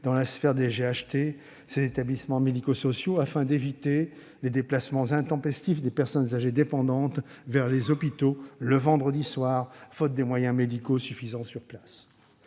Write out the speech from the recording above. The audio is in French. de territoire, les GHT, ces établissements médico-sociaux, afin d'éviter des déplacements intempestifs de personnes âgées dépendantes vers les hôpitaux le vendredi soir, faute de moyens médicaux suffisants sur place